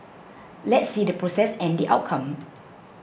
let's see the process and the outcome